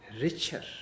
richer